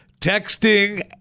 Texting